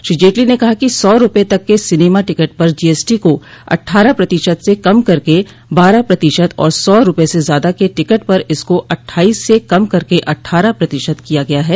श्री जेटली ने कहा कि सौ रूपये तक के सिनेमा टिकट पर जीएसटी को अठ्ठारह प्रतिशत से कम करके बारह प्रतिशत और सौ रूपये से ज्यादा के टिकट पर इसको अठ्ठाइस से कम करके अठ्ठारह प्रतिशत किया गया है